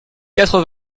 quatre